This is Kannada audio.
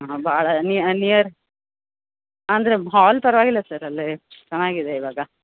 ಹಾಂ ಭಾಳ ನೀಯ ನಿಯರ್ ಅಂದರೆ ಹಾಲ್ ಪರವಾಗಿಲ್ಲ ಸರ್ ಅಲ್ಲೇ ಚೆನ್ನಾಗಿದೆ ಇವಾಗ